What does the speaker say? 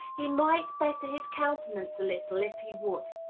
he might better his countenance a little, if he would.